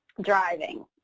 driving